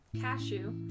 cashew